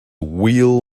wheel